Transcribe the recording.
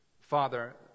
Father